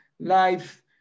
life